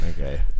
Okay